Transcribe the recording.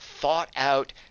thought-out